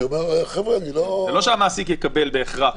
כי הוא אומר --- זה לא שהמעסיק יקבל בהכרח.